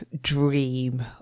dream